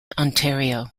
ontario